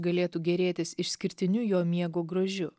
galėtų gėrėtis išskirtiniu jo miego grožiu